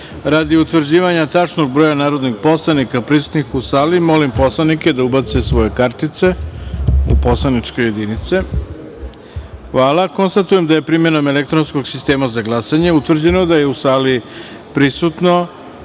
utvrđivanja broja narodnih poslanika prisutnih u sali, molim poslanike da ubace svoje kartice u poslaničke jedinice. Zahvaljujem. Konstatujem da je primenom elektronskog sistema za glasanje, utvrđeno da su u sali prisutna